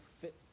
fit